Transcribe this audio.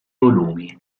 volumi